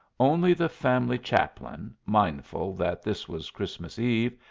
only the family chaplain, mindful that this was christmas eve,